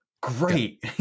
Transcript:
great